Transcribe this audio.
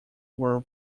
were